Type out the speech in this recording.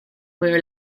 were